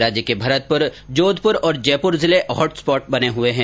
राज्य के भरतपुर जोघपुर और जयपुर जिले हॉटस्पॉट बने हुए हैं